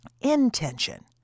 intention